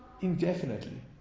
indefinitely